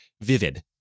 vivid